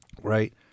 right